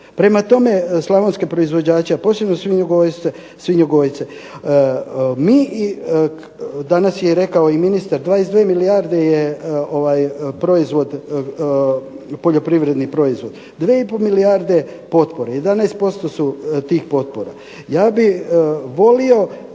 Prema tome, slavonske proizvođače, a posebno svinjogojce. Danas je rekao i ministar, 22 milijarde je proizvod, poljoprivredni proizvod, 2 i pol milijarde potpore, 11% su tih potpora. Ja bih volio